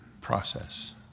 process